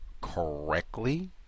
correctly